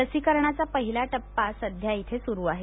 लसीकरणाचा पहिला टप्पा सध्या इथं सुरू आहे